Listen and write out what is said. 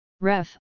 ref